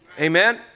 amen